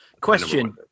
Question